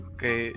Okay